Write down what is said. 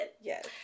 Yes